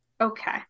Okay